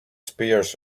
spears